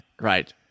Right